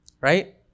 Right